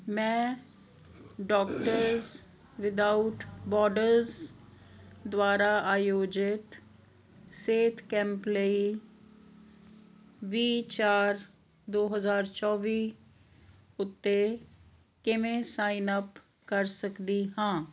ਮੈਂ doctors without borders ਦੁਆਰਾ ਆਯੋਜਿਤ ਸਿਹਤ ਕੈਂਪ ਲਈ ਵੀਹ ਚਾਰ ਦੋ ਹਜ਼ਾਰ ਚੌਵੀ ਉੱਤੇ ਕਿਵੇਂ ਸਾਈਨ ਅਪ ਕਰ ਸਕਦੀ ਹਾਂ